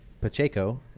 Pacheco